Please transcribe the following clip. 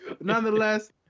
nonetheless